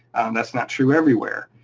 that's not true everywhere.